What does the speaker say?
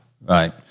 right